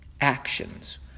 actions